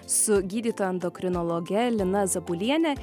su gydytoja endokrinologe lina zabuliene